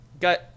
got